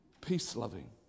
peace-loving